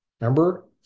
Remember